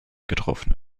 getroffen